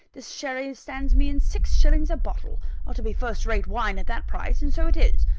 this sherry stands me in six shillings a bottle ought to be first-rate wine at that price and so it is.